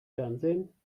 fernsehen